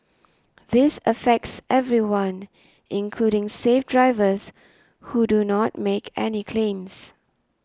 this affects everyone including safe drivers who do not make any claims